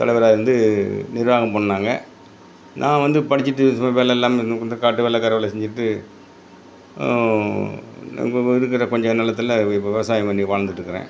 தலைவராக இருந்து நிர்வாகம் பண்ணாங்க நான் வந்து படிச்சிட்டு சும்மா வேலை இல்லாமல் இப்போ இந்த காட்டு வேலை கருவ வேலை செஞ்சிட்டு இப்போ இருக்கிற கொஞ்ச நிலத்துல வி விவசாயம் பண்ணி வாழ்ந்துட்டுருக்கிறேன்